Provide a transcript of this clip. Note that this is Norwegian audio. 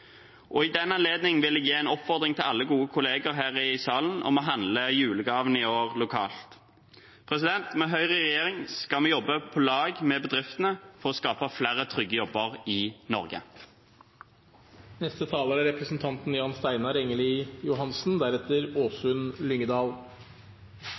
og VM. I den anledning vil jeg gi en oppfordring til alle gode kollegaer her i salen om å handle julegavene lokalt i år. Med Høyre i regjering skal vi jobbe på lag med bedriftene for å skape flere trygge jobber i Norge. Verdiskaping er